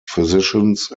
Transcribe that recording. physicians